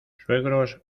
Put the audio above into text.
suegros